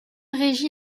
régit